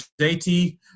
JT